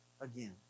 again